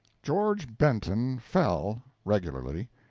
george benton fell, regularly,